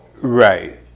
Right